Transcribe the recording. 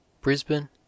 Brisbane